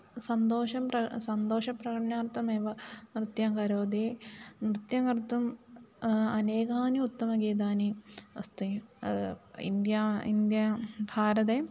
सन्तोषं प्र सन्तोषप्रकटनार्थमेव नृत्यं करोति नृत्यं कर्तुम् अनेकानि उत्तमगीतानि अस्ति इन्दिया इन्दिया भारते